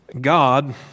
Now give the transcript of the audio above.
God